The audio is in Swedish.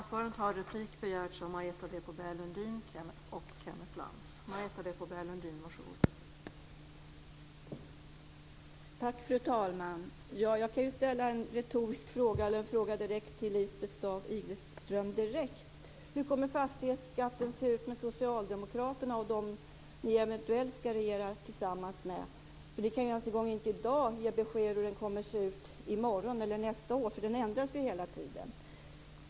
Fru talman! Jag kan ju ställa en fråga till Lisbeth Staaf-Igelström direkt: Hur kommer fastighetsskatten att se ut med Socialdemokraterna och dem ni eventuellt ska regera tillsammans med? Ni kan ju ens en gång inte i dag ge besked om hur den kommer att se ut i morgon eller nästa år, för den ändras ju hela tiden.